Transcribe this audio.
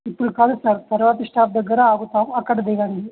ఇప్పుడు కాదు సార్ తర్వాత స్టాప్ దగ్గర ఆగుతాం అక్కడ దిగండి